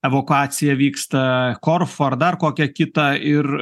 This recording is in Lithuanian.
evakuacija vyksta korfų ar dar kokią kitą ir